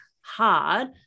hard